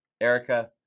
Erica